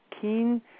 Keen